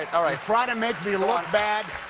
like all right. trying to make me look bad.